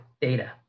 data